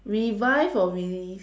revise or relive